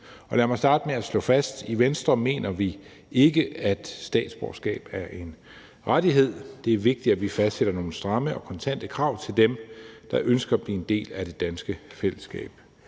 Lad mig starte med at slå fast, at i Venstre mener vi ikke, at statsborgerskab er en rettighed. Det er vigtigt, at vi fastsætter nogle stramme og kontante krav til dem, der ønsker at blive en del af det danske fællesskab.